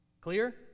Clear